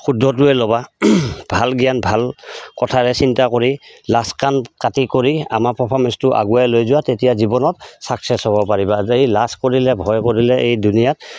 শুদ্ধটোৱে ল'বা ভাল জ্ঞান ভাল কথাৰে চিন্তা কৰি লাজ কাণ কাটি কৰি আমাৰ পাৰফৰ্মেঞ্চটো আগুৱাই লৈ যোৱা তেতিয়া জীৱনত ছাকচেছ হ'ব পাৰিবা আৰু এই লাজ কৰিলে ভয় কৰিলে এই দুুনীয়া